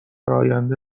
آینده